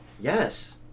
Yes